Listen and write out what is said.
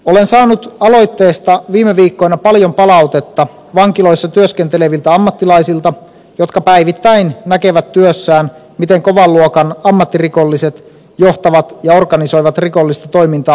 olen saanut aloitteesta viime viikkoina paljon palautetta vankiloissa työskenteleviltä ammattilaisilta jotka päivittäin näkevät työssään miten kovan luokan ammattirikolliset johtavat ja organisoivat rikollista toimintaa vankilasta käsin